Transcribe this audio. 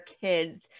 kids